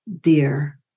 dear